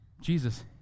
Jesus